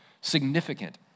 significant